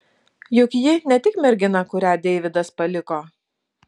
juk ji ne tik mergina kurią deividas paliko